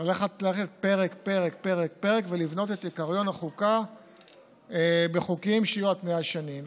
ללכת פרק-פרק ולבנות את עקרון החוקה בחוקים שיהיו על פני השנים.